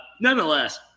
nonetheless